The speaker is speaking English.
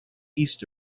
east